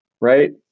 right